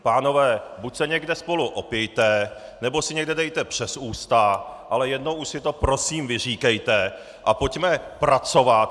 Pánové, buď se někde spolu opijte, nebo si někde dejte přes ústa, ale jednou už si to prosím vyříkejte a pojďme pracovat!